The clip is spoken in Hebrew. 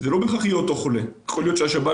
זה לא יהיה בהכרח אותו חולה יכול להיות שהשב"כ